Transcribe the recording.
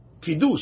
Kiddush